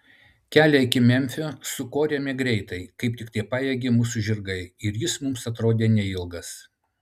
kelią iki memfio sukorėme greitai kaip tiktai pajėgė mūsų žirgai ir jis mums atrodė neilgas